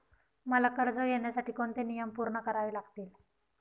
मला कर्ज घेण्यासाठी कोणते नियम पूर्ण करावे लागतील?